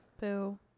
Boo